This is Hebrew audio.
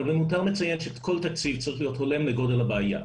עכשיו מיותר לציין שכל תקציב צריך להיות הולם לגודל הבעיה.